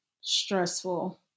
stressful